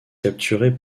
capturé